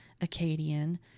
Acadian